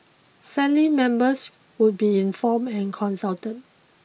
family members would be informed and consulted